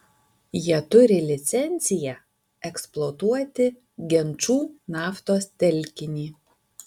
jie turi licenciją eksploatuoti genčų naftos telkinį